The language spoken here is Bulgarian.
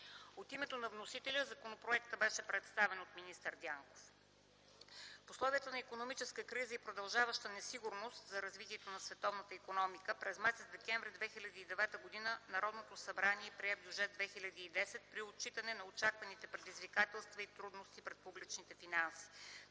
От името на вносителя законопроектът беше представен от министър Дянков. В условията на икономическа криза и продължаваща несигурност за развитието на световната икономика през м. декември 2009 г. Народното събрание прие Бюджет 2010 г. при отчитане на очакваните предизвикателства и трудности пред публичните финанси